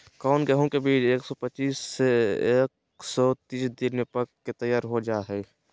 कौन गेंहू के बीज एक सौ पच्चीस से एक सौ तीस दिन में पक के तैयार हो जा हाय?